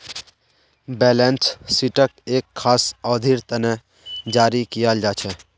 balance शीटक एक खास अवधिर तने जारी कियाल जा छे